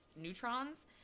neutrons